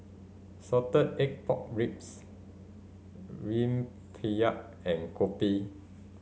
salted egg pork ribs rempeyek and kopi